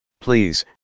Please